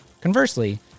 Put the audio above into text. Conversely